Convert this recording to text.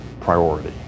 priority